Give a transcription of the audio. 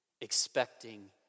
Expecting